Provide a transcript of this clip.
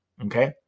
Okay